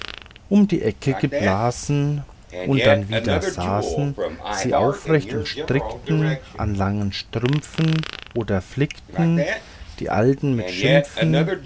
um die ecke geblasen und dann wieder saßen sie aufrecht und strickten an langen strümpfen oder flickten die alten mit schimpfen